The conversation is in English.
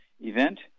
event